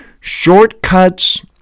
shortcuts